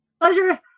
Pleasure